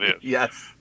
Yes